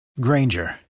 Granger